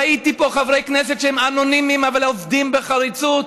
ראיתי פה חברי כנסת שהם אנונימיים אבל עובדים בחריצות,